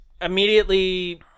immediately